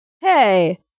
hey